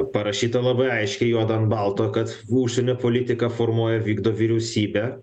parašyta labai aiškiai juodu ant balto kad užsienio politiką formuoja vykdo vyriausybė